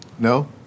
No